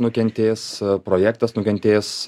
nukentės projektas nukentės